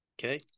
Okay